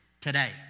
Today